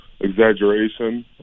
exaggeration